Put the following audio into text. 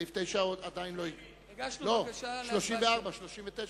הגשנו בקשה להצבעה שמית.